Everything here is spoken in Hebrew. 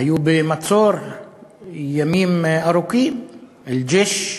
היו במצור ימים ארוכים: אל-ג'יש,